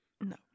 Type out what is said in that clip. no